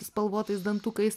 spalvotais dantukais